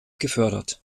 gefördert